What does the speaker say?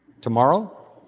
Tomorrow